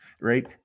right